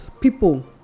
people